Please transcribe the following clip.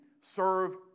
serve